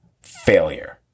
failure